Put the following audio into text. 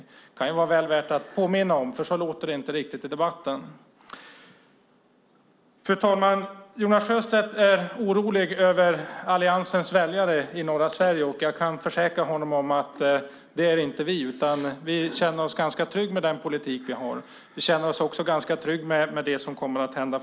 Det kan det, som sagt, vara väl värt att påminna om, för så låter det inte riktigt i debatten. Fru talman! Jonas Sjöstedt är orolig över Alliansens väljare i norra Sverige. Men jag kan försäkra honom om att vi inte är oroliga, utan vi känner oss ganska trygga med den politik vi har. Vi känner oss också ganska trygga med det som framgent kommer att hända.